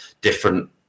different